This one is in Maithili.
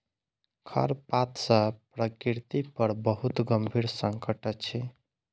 खरपात सॅ प्रकृति पर बहुत गंभीर संकट अछि